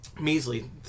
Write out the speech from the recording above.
measly